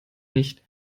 nicht